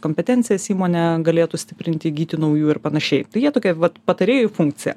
kompetencijas įmonė galėtų stiprinti įgyti naujų ir panašiai tai jie tokie vat patarėjų funkcija